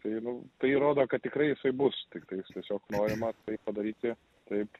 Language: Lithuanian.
tai nu tai rodo kad tikrai jisai bus tiktais tiesiog norima tai padaryti taip